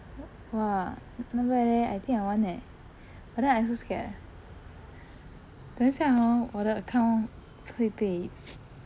!wah! not bad leh I think I want eh but then I also scared eh 等一下 hor 我的 account 会被